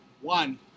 one